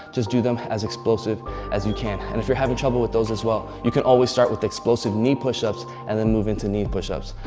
just do them as explosive as you can. and if you're having trouble with those as well, you can always start with explosive knee push ups, and then move into knee push ups.